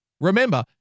Remember